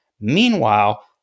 Meanwhile